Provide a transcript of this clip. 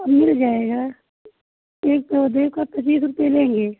मिल जाएगा एक पौधे का पच्चीस रुपये लेंगे